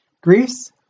Greece